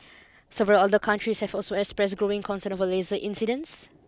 several other countries have also expressed growing concern over laser incidents